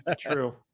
true